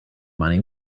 money